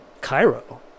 Cairo